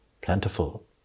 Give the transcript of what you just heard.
plentiful